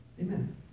Amen